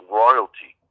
royalty